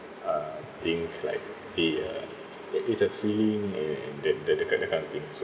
uh think like the uh that it's a feeling and and that that kind that kind of thing so